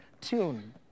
tune